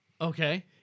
Okay